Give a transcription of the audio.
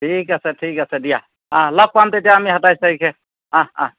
ঠিক আছে ঠিক আছে দিয়া লগ পাম তেতিয়া আমি সাতাইছ তাৰিখে অঁ অঁ